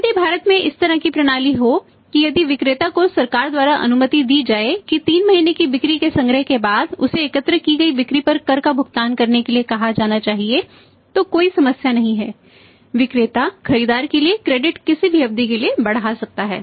यदि भारत में इस तरह की प्रणाली हो की यदि विक्रेता को सरकार द्वारा अनुमति दी जाए कि 3 महीने की बिक्री के संग्रह के बाद उसे एकत्र की गई बिक्री पर कर का भुगतान करने के लिए कहा जाना चाहिए तो कोई समस्या नहीं है विक्रेता खरीदार के लिए क्रेडिट किसी भी अवधि के लिए बढ़ा सकता है